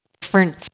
different